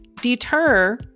deter